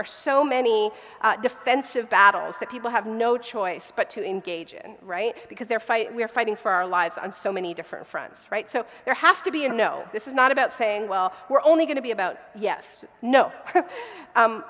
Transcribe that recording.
are so many defensive battles that people have no choice but to engage in right because they're fighting we're fighting for our lives on so many different fronts right so there has to be a no this is not about saying well we're only going to be about yes no